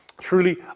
Truly